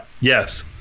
yes